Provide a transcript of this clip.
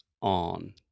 on